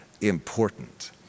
important